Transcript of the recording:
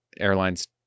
airlines